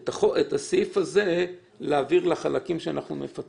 להעביר את הסעיף הזה לחלקים שאנחנו מפצלים.